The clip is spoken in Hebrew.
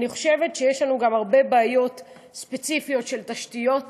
אני חושבת שיש לנו גם הרבה בעיות ספציפיות של תשתיות.